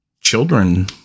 Children